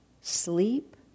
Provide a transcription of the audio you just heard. sleep